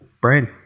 brain